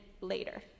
later